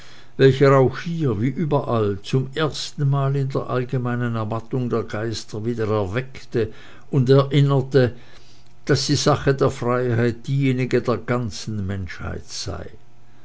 welcher auch hier wie überall zum ersten mal in der allgemeinen ermattung die geister wieder erweckte und erinnerte daß die sache der freiheit diejenige der ganzen menschheit sei